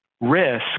risk